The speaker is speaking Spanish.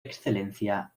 excelencia